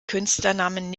künstlernamen